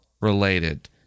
related